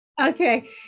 Okay